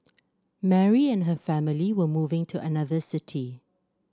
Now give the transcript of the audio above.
Mary and her family were moving to another city